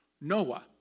Noah